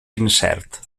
incert